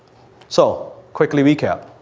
so, quickly recap.